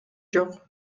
жок